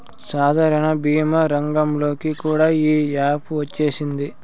సాధారణ భీమా రంగంలోకి కూడా ఈ యాపు వచ్చేసింది